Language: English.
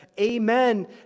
amen